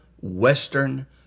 Western